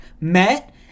met